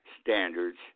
standards